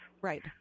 Right